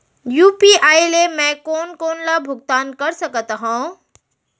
UPI ले मैं कोन कोन ला भुगतान कर सकत हओं?